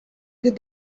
did